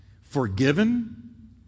forgiven